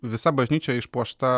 visa bažnyčia išpuošta